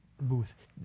booth